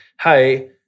hey